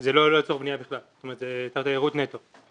זה לא לצורך בנייה בכלל אלא לצורך תיירות נטו.